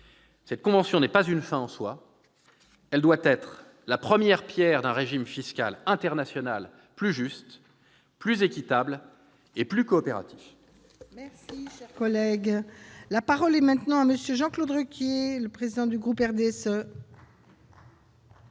Cette convention n'est pas une fin en soi ; elle doit être la première pierre d'un régime fiscal international plus juste, plus équitable et plus coopératif.